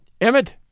Emmet